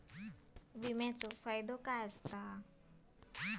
विमाचो फायदो काय?